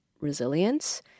resilience